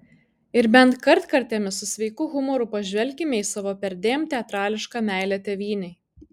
ir bent kartkartėmis su sveiku humoru pažvelkime į savo perdėm teatrališką meilę tėvynei